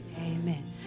amen